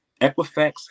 Equifax